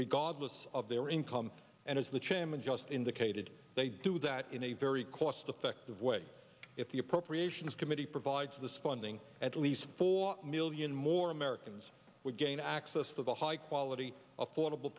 regardless of their income and as the chairman just indicated they do that in a very cost effective way if the appropriations committee provides this funding at least four million more americans would gain access to high quality affordable